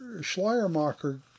Schleiermacher